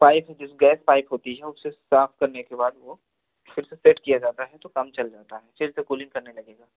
pipe जिस gas pipe होती है उसे साफ़ करने के बाद वह फिर से सेट किया जाता है तो काम चल जाता है फिर से कूलिंग करने लगेगा